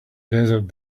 desert